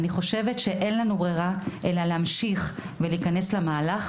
אני חושבת שאין לנו ברירה אלא להמשיך ולהיכנס למהלך